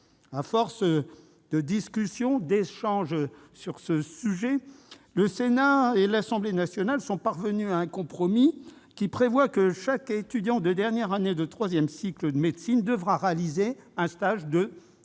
À force de discussions et d'échanges sur ce sujet, le Sénat et l'Assemblée nationale sont parvenus à un compromis, aux termes duquel chaque étudiant de dernière année de troisième cycle de médecine devra réaliser un stage de six